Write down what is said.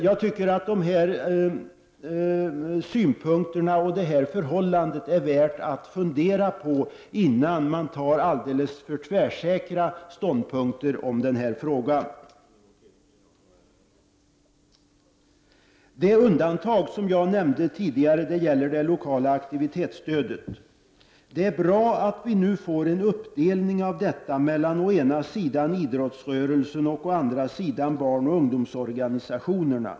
Jag tycker att denna synpunkt och det här förhållandet är värda att fundera på innan man intar en alldeles för tvärsäker ståndpunkt i denna fråga. Det undantag jag nämnde tidigare gäller det lokala aktivitetsstödet. Det är bra att vi nu får en uppdelning av detta mellan å ena sidan idrottsrörelsen och å andra sidan barnoch ungdomsorganisationerna.